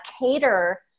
cater